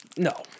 No